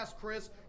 Chris